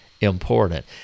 important